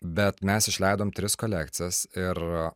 bet mes išleidom tris kolekcijas ir